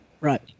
Right